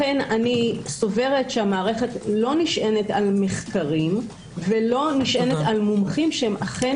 לכן אני סוברת שהמערכת לא נשענת על מחקרים ועל מומחים שהם אכן